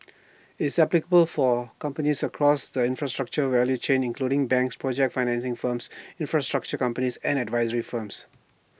it's applicable for companies across the infrastructure value chain including banks project financing firms infrastructure companies and advisory firms